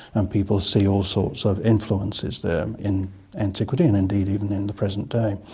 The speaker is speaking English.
and people see all sorts of influences there in antiquity and indeed even in the present day.